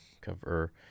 cover